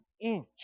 inch